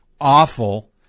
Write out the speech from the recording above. awful